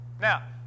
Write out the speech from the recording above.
Now